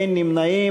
אין נמנעים.